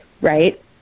right